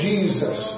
Jesus